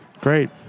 Great